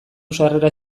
sarrera